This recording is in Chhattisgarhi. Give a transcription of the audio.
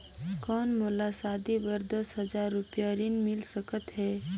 कौन मोला शादी बर दस हजार रुपिया ऋण मिल सकत है?